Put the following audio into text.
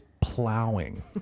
plowing